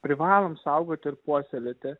privalom saugoti ir puoselėti